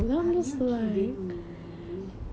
are you kidding me